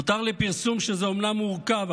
הותר לפרסום שזה אומנם מורכב,